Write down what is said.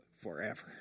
forever